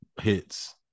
hits